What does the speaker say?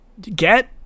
get